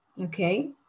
okay